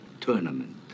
Tournament